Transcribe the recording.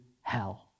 hell